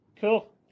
Cool